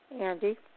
Andy